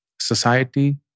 society